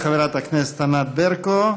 תודה לחברת הכנסת ענת ברקו.